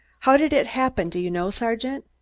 how did it happen, do you know, sergeant?